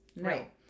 Right